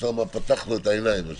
אוסאמה פתח לו את העיניים.